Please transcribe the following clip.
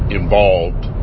involved